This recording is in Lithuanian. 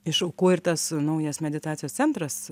iš aukų ir tas naujas meditacijos centras